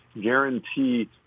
guarantee